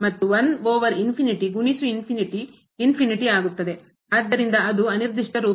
ಆದ್ದರಿಂದ 0 ಇಲ್ಲಿ ಮತ್ತು 1 over ಛೇದ ಗುಣಿಸು ಆದ್ದರಿಂದ ಅದು ಅನಿರ್ದಿಷ್ಟ ರೂಪವಲ್ಲ